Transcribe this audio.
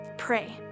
Pray